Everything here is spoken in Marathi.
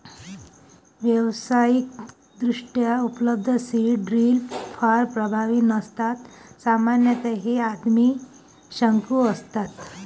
व्यावसायिकदृष्ट्या उपलब्ध सीड ड्रिल फार प्रभावी नसतात सामान्यतः हे आदिम शंकू असतात